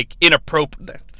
inappropriate